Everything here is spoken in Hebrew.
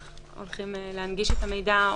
אתם הולכים להנגיש את המידע?